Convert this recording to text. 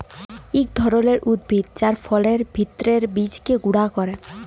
ইক ধরলের উদ্ভিদ যার ফলের ভিত্রের বীজকে গুঁড়া ক্যরে